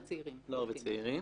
נוער וצעירים.